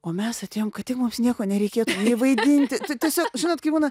o mes atėjom kad tik mums nieko nereikėt vaidinti tiesiog žinot kai būna